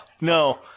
No